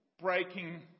breaking